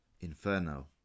inferno